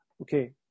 okay